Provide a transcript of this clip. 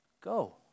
go